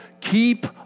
keep